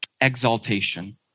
exaltation